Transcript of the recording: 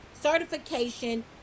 certification